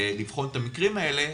לבחון את המקרים האלה.